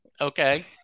Okay